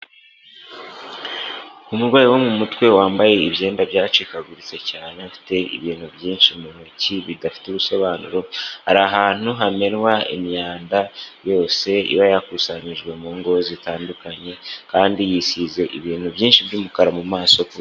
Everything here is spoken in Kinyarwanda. Umurwayi wo mu mutwe, wambaye ibyenda byacikaguritse cyane, ufite ibintu byinshi mu ntoki bidafite ubusobanuro, ari ahantu hamenwa imyanda yose iba yakusanyijwe mu ngo zitandukanye, kandi yisize ibintu byinshi by'umukara mu maso.